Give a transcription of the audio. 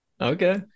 Okay